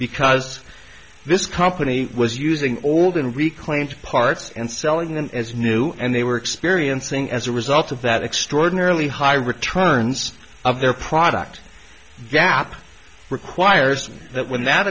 because this company was using old and reclaimed parts and selling them as new and they were experiencing as a result of that extraordinarily high returns of their product gap requires that when that